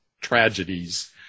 tragedies